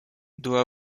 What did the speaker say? doit